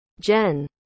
Jen